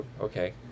okay